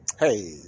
Hey